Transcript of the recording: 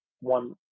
one